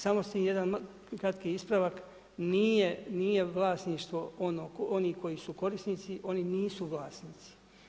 Samo jedan kratki ispravak, nije vlasništvo onih koji su korisnici, oni nisu vlasnici.